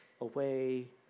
away